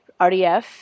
RDF